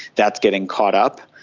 that's getting caught up.